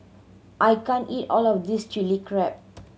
I can't eat all of this Chilli Crab